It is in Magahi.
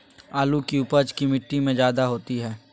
आलु की उपज की मिट्टी में जायदा होती है?